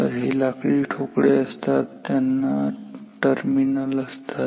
तर हे लाकडी ठोकळे असतात ज्यांना टर्मिनल असतात